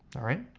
alright?